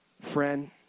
Friend